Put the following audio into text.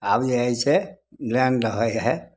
आब जे हइ से लैण्ड होइ हइ